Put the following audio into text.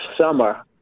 summer